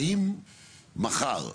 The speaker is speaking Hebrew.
האם מחר,